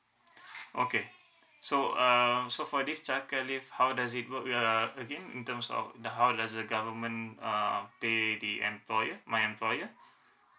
okay so uh so for this childcare leave how does it work uh again in terms of the how does the government uh pay the employer my employer